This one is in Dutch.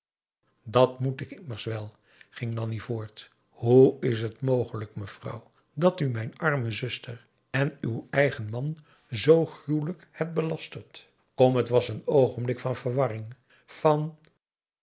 dat moet ik immers wel ging nanni voort hoe is het mogelijk mevrouw dat u mijn arme zuster en uw eigen man zoo gruwelijk hebt belasterd kom het was n oogenblik van verwarring van